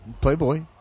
Playboy